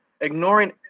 ignoring